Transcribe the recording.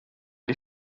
die